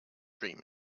dream